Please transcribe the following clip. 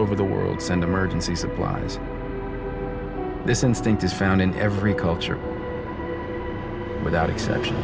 over the world send them urgency supplies this instant is found in every culture without exception